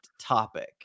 topic